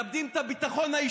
מאבדים את הביטחון האישי,